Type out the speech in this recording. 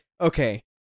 Okay